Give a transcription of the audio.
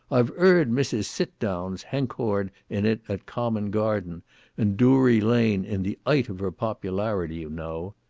i've eard mrs. sitdowns hencored in it at common garden and doory lane in the ight of her poplarity you know.